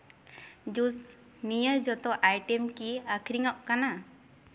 juice ᱱᱤᱭᱟᱹ ᱡᱚᱛᱚ item ᱜᱮ ᱟᱠᱷᱨᱤᱧᱚᱜ ᱠᱟᱱᱟ